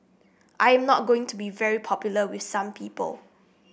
i am not going to be very popular with some people